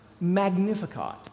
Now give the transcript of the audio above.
Magnificat